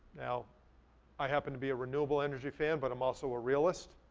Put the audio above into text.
now i happen to be a renewable energy fan, but i'm also a realist.